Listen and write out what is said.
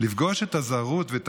לפגוש את הזרות הזאת,